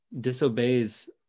disobeys